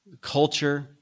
culture